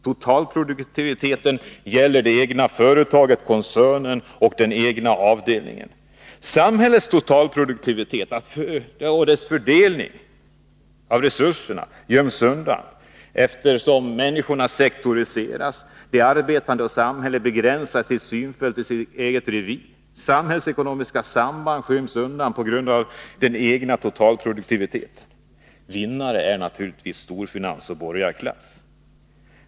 Totalproduktiviteten gäller det egna företaget, koncernen och den egna avdelningen. Samhällets totalproduktivitet och dess fördelning av resurserna göms undan, eftersom människorna sektoriseras. De arbetande och samhället begränsar sina synfält till sina egna revir. Samhällsekonomiska samband skyms undan på grund av den egna totalproduktiviteten. Vinnare är naturligtvis storfinans och borgarklass.